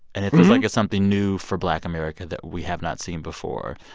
and it feels like it's something new for black america that we have not seen before.